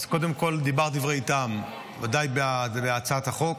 קודם כול, דיברת דברי טעם, ודאי בהצעת החוק.